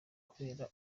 kubera